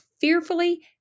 fearfully